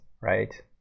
right